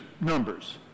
numbers